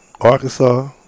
Arkansas